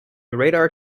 radar